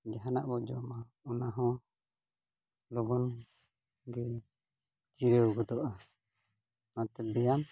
ᱡᱟᱦᱟᱱᱟᱜ ᱵᱚᱱ ᱡᱚᱢᱟ ᱚᱱᱟ ᱦᱚᱸ ᱞᱚᱜᱚᱱ ᱜᱮ ᱪᱤᱨᱟᱹᱣ ᱜᱚᱫᱚᱜᱼᱟ ᱚᱱᱟᱛᱮ ᱵᱮᱭᱟᱢ